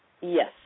Yes